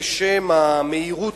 בשם המהירות,